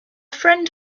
friend